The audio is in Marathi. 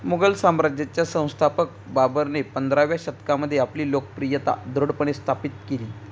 मुघल साम्राज्याच्या संस्थापक बाबरने पंधराव्या शतकामध्ये आपली लोकप्रियता दृढपणे स्थापित केली